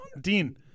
Dean